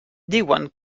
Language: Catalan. diuen